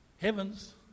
heavens